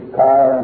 car